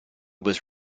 was